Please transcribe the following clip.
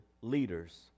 leaders